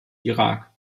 irak